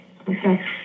Okay